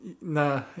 Nah